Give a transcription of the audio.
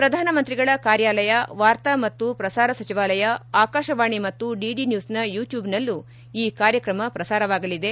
ಪ್ರಧಾನ ಮಂತ್ರಿಗಳ ಕಾರ್ಯಾಲಯ ವಾರ್ತಾ ಮತ್ತು ಪ್ರಸಾರ ಸಚಿವಾಲಯ ಆಕಾಶವಾಣಿ ಮತ್ತು ಡಿಡಿ ನ್ಯೂಸ್ನ ಯೂಟ್ಟೂಬ್ನಲ್ಲೂ ಈ ಕಾರ್ಯಕ್ರಮ ಪ್ರಸಾರವಾಗಲಿದೆ